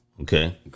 Okay